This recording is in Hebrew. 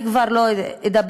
אני כבר לא אדבר,